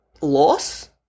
loss